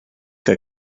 que